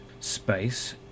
space